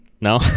No